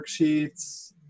worksheets